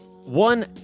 One